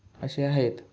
असे आहेत